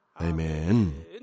Amen